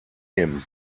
him